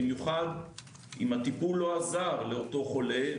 במיוחד אם הטיפול לא עזר לאותו חולה,